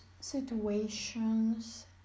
situations